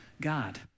God